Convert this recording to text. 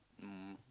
um